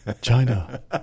China